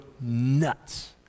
nuts